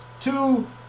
Two